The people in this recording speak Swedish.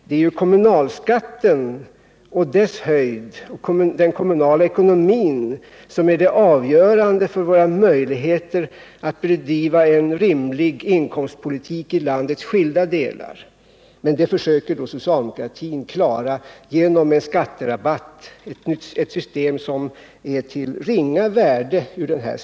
Det är ju kommunalskattens höjd och den kommunala ekonomin som är det avgörande för våra möjligheter att bedriva en rimlig inkomstpolitik i landets skilda delar. Men det försöker då socialdemokratin klara genom en skatterabatt, ett system som i detta sammanhang är av ringa värde.